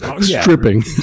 stripping